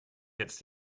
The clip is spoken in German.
jetzt